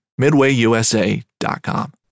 MidwayUSA.com